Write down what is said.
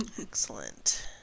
Excellent